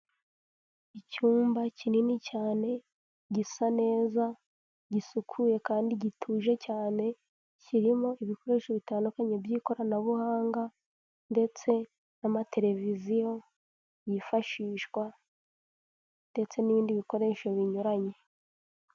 Icyumba kinini cyane gisa neza, gisukuye kandi gituje cyane, kirimo ibikoresho bitandukanye by'ikoranabuhanga ndetse n'amateleviziyo yifashishwa ndetse n'ibindi bikoresho binyuranye.